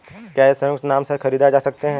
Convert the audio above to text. क्या ये संयुक्त नाम से खरीदे जा सकते हैं?